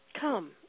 come